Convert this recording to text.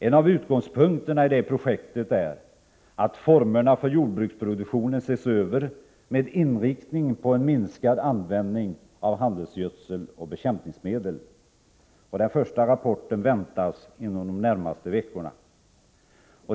En av utgångspunkterna i det projektet är att formerna för jordbruksproduktionen ses över med inriktning på en minskad användning av handelsgödsel och bekämpningsmedel. Den första rapporten väntas inom de närmaste veckorna.